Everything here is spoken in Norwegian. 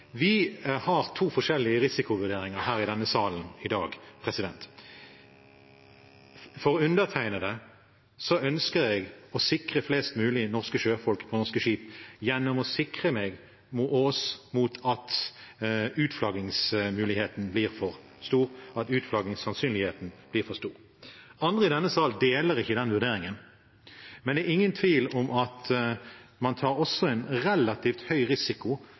Vi har to forskjellige risikovurderinger i denne salen i dag. Jeg ønsker å sikre flest mulig norske sjøfolk på norske skip gjennom å sikre meg og oss mot at utflaggingsmuligheten blir for stor, at utflaggingssannsynligheten blir for stor. Andre i denne sal deler ikke den vurderingen, men det er ingen tvil om at man også tar en relativt høy risiko